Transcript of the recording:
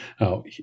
Now